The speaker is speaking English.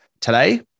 Today